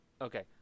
Okay